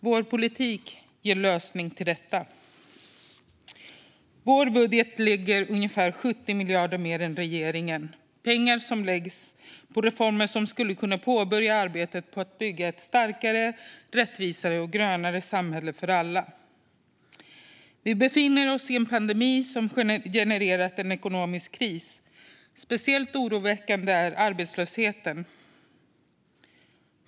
Vår politik ger en lösning på detta. I vår budget lägger vi ungefär 70 miljarder mer än regeringen. Det är pengar som läggs på reformer som skulle kunna påbörja arbetet med att bygga ett starkare, rättvisare och grönare samhälle för alla. Vi befinner oss i en pandemi som genererat en ekonomisk kris. Speciellt oroväckande är arbetslösheten.